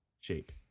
shape